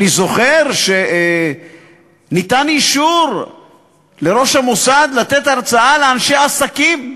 אני זוכר שניתן אישור לראש המוסד לתת הרצאה לאנשי עסקים.